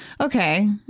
Okay